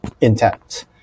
intent